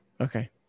Okay